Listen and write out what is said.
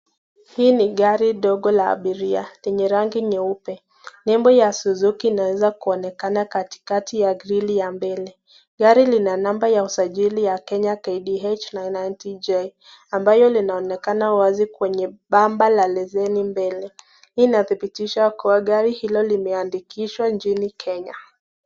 Hii ni gari ndogo la abiria lenye rangi nyeupe nembo ya suzuki inaweza kuonekana katikati ya grili ya mbele, gari ina namba ya usajili ya kenya KDH 990J ambalo linaonekana wazi kwenye [cs bumper la leseni mbele, hii inathibitisha gari hilo limeandikishwa nchini Kenya.